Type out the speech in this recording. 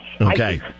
Okay